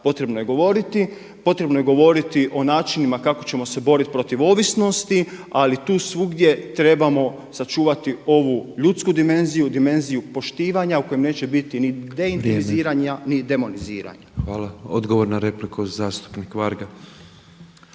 potrebno je govoriti o načinima kako ćemo se boriti protiv ovisnosti ali tu svugdje trebamo sačuvati ovu ljudsku dimenziju, dimenziju poštivanja u kojem neće biti ni deintimiziranja ni demoniziranja. **Petrov, Božo (MOST)** Hvala. Odgovor na repliku zastupnik Varga.